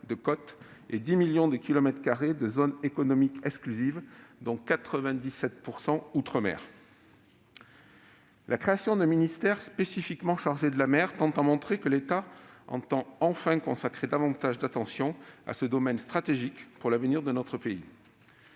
de côtes et 10 millions de kilomètres carrés de zone économique exclusive, dont 97 % outre-mer. La création d'un ministère spécifiquement chargé de la mer semble montrer que l'État entend enfin consacrer davantage d'attention à ce domaine stratégique pour l'avenir de notre pays.